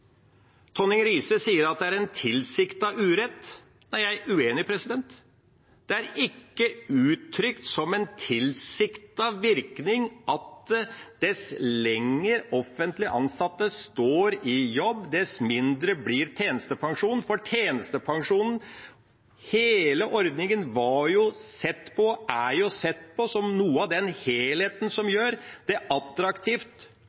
Tonning Riise sier at det er en tilsiktet urett. Nei, jeg er uenig. Det er ikke uttrykt som en tilsiktet virkning at dess lenger offentlig ansatte står i jobb, dess mindre blir tjenestepensjonen. Tjenestepensjonen – hele ordningen – var og er sett på som noe av den helheten som